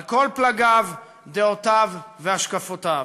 על כל פלגיו, דעותיו והשקפותיו.